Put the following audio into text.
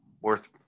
worth